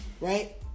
Right